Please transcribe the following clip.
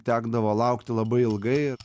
tekdavo laukti labai ilgai